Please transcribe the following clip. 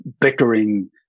bickering